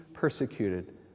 persecuted